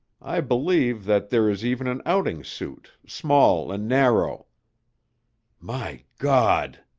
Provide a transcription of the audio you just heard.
i believe that there is even an outing suit, small and narrow my god!